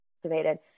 activated